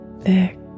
thick